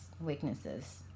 weaknesses